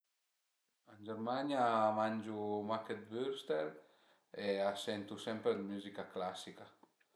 Ën Germania a mangiu mach dë wurstel e a sentu sempre d'müzica clasica